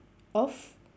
of